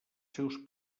seus